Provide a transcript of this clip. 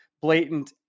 blatant